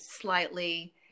slightly